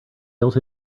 built